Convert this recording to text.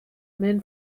men